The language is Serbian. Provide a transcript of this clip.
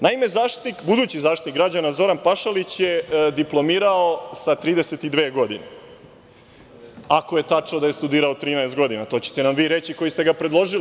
Naime, budući Zaštitnik građana Zoran Pašalić je diplomirao sa 32 godine, ako je tačno da je studirao 13 godina, a to ćete nam vi reći koji ste ga predložili.